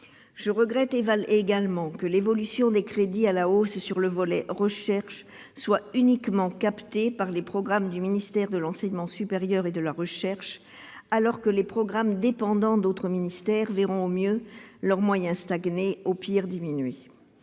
Je regrette également que l'évolution des crédits à la hausse sur le volet « recherche » soit uniquement captée par les programmes du ministère de l'enseignement supérieur et de la recherche, alors que les programmes dépendant d'autres ministères verront leurs moyens au mieux stagner, au pire diminuer.